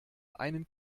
einen